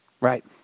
right